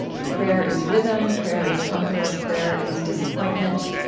prayer is rhythm. prayer is comfort. prayer is disappointment.